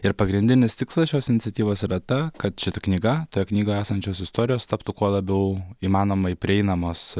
ir pagrindinis tikslas šios iniciatyvos yra ta kad šita knyga toje knygoje esančios istorijos taptų kuo labiau įmanomai prieinamos